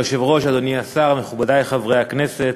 אדוני היושב-ראש, אדוני השר, מכובדי חברי הכנסת,